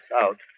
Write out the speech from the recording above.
Out